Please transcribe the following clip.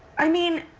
i mean,